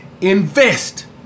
invest